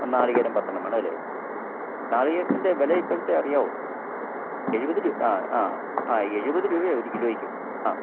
നാളികേരം പത്തെണ്ണം വേണമല്ലേ നാളികേരത്തിൻ്റെ വില ഇപ്പോഴത്തെ അറിയാമോ എഴുപത് രൂപ ആ ആ എഴുപത് രൂപയാണ് ഒരു കിലോയ്ക്ക് ആ